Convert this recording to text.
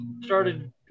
started